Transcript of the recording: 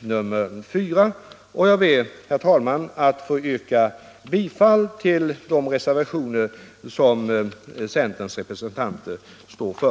nr 4, och jag ber, herr talman, att få yrka bifall till de reservationer som centerns representanter står för.